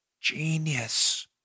Genius